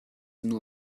nur